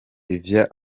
ivyo